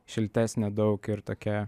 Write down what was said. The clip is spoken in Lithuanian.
šiltesnė daug ir tokia